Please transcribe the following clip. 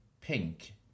pink